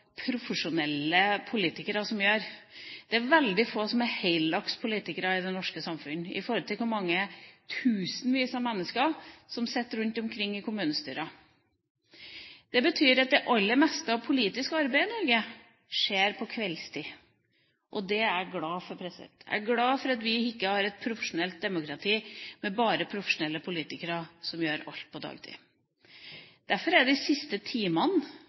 profesjonelle politikere som gjør. Det er veldig få som er heldagspolitikere i det norske samfunn i forhold til hvor mange tusen mennesker som sitter rundt omkring i kommunestyrene. Det betyr at det aller meste av politisk arbeid i Norge skjer på kveldstid, og det er jeg glad for. Jeg er glad for at vi ikke har et profesjonelt demokrati med bare profesjonelle politikere som gjør alt på dagtid. Derfor er de siste timene